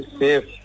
safe